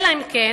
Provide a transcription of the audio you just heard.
אלא אם כן,